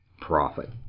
profit